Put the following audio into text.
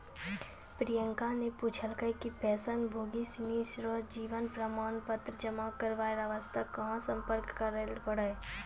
प्रियंका ने पूछलकै कि पेंशनभोगी सिनी रो जीवन प्रमाण पत्र जमा करय वास्ते कहां सम्पर्क करय लै पड़ै छै